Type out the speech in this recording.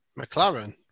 McLaren